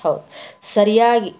ಹೌದು ಸರಿಯಾಗಿ